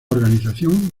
organización